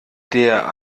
der